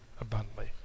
abundantly